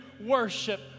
worship